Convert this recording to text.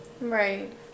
right